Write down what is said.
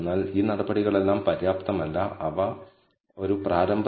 അതിനാൽ മോഡൽ നല്ലതാണോ അല്ലയോ എന്നതാണ് നിങ്ങൾ യഥാർത്ഥത്തിൽ ആദ്യം പരിശോധിക്കേണ്ടത്